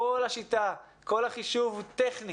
כל השיטה, כל החישוב הוא טכני